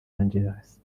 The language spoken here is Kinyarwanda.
angeles